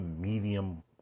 medium